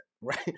right